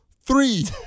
three